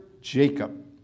Jacob